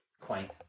quaint